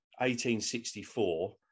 1864